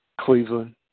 Cleveland